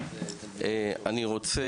אני רוצה